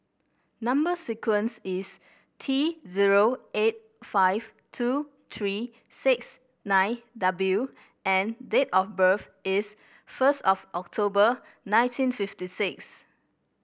number sequence is T zero eight five two three six nine W and date of birth is first of October nineteen fifty six